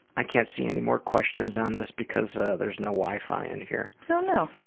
i can't see any more questions on this because there's no wifi in here. oh no.